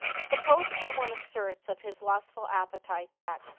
suppose some one asserts of his lustful appetite that,